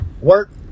work